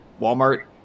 Walmart